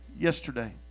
yesterday